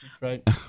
Right